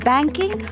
Banking